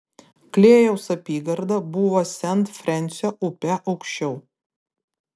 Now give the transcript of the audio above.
klėjaus apygarda buvo sent frensio upe aukščiau